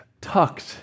tucked